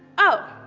oh,